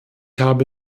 habe